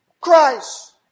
Christ